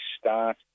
start